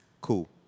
cool